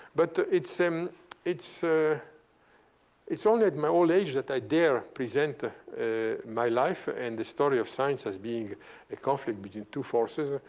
but it's um it's ah only at my old age that i dare present ah my life and the story of science as being a conflict between two forces,